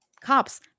Cops